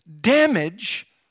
damage